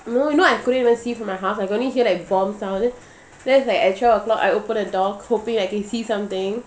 no you know you know I couldn't even see from my house I could only hear like bomb sound then then it's like at twelve o'clock I opened the door hoping that I can see something